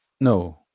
No